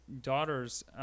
daughters